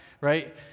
right